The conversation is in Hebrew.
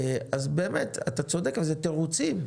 אז, אתה צודק, זה תירוצים.